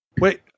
wait